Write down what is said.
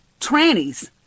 trannies